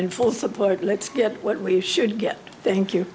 in full support let's get what we should get thank you